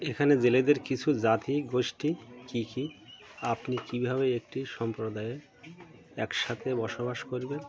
এখানে জেলেদের কিছু জাতি গোষ্ঠী কী কী আপনি কী ভাবে একটি সম্প্রদায়ে এক সাথে বসবাস করবেন